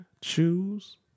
choose